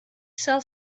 sell